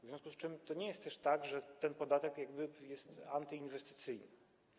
W związku z tym to nie jest też tak, że ten podatek jest antyinwestycyjny.